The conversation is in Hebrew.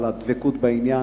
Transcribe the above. על הדבקות בעניין,